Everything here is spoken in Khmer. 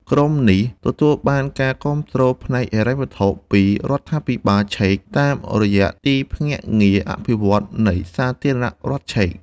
ក្រុមនេះទទួលបានការគាំទ្រផ្នែកហិរញ្ញវត្ថុពីរដ្ឋាភិបាលឆែក តាមរយៈទីភ្នាក់ងារអភិវឌ្ឍន៍នៃសាធារណរដ្ឋឆែក។